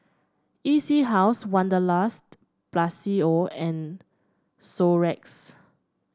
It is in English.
E C House Wanderlust Plus C O and Xorex